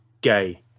gay